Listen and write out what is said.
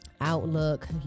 Outlook